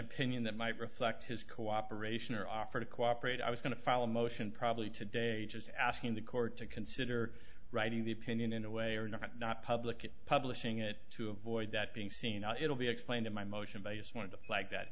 opinion that might reflect his cooperation or offer to cooperate i was going to file a motion probably today just asking the court to consider writing the opinion in a way or not not public publishing it to avoid that being seen it'll be explained in my motion i just want to like that